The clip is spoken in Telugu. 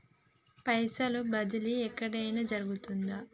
పైసల బదిలీ ఎక్కడయిన జరుగుతదా?